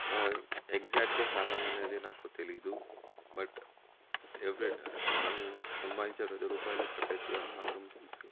ఎగ్జాక్ట్గా శాతం అనేది నాకు తెలీదు బట్ ఎవ్రీ మనం సంపాదించే ప్రతీ రూపాయిలో కట్ అవుతుందని మాత్రం తెలుసు